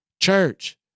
church